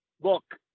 Look